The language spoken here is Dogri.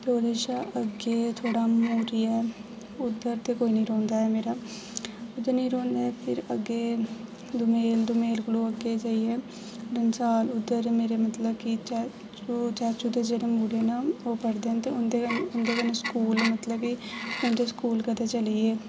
ते ओह्दे शा अग्गें थोह्ड़ा मूरी ऐ उद्धर ते कोई निं रौंह्दा ऐ मेरा उद्धर ते कोई निं रौह्ंदा ऐ अग्गें दोमेल दोमेल कोलू अग्गें जाइयै डंसाल उद्धर मेरे मतलब की चाचू चाचू ते जेह्ड़े मुड़े न ओह् पढ़दे न ते उ'न्दे कन्नै स्कूल मतलब की उ'न्दे स्कूल कदें चली गे